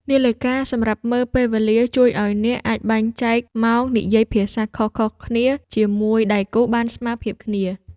នាឡិកាសម្រាប់មើលពេលវេលា ជួយឱ្យអ្នកអាចបែងចែកម៉ោងនិយាយភាសាខុសៗគ្នាជាមួយដៃគូបានស្មើភាពគ្នា។